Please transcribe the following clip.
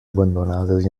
abandonades